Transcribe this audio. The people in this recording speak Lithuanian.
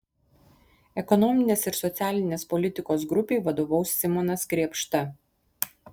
ekonominės ir socialinės politikos grupei vadovaus simonas krėpšta